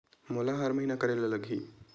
मोला हर महीना करे ल लगही?